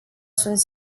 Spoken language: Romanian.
sunt